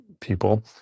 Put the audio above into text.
people